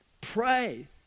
pray